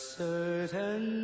certain